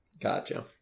Gotcha